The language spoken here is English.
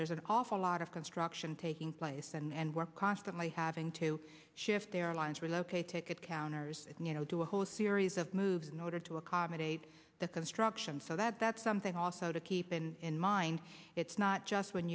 there's an awful lot of construction taking place and we're constantly having to shift airlines relocate to get counters you know do a whole series of moves in order to accommodate the construction so that that's something also to keep in mind it's not just when